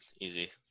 easy